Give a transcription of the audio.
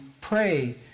pray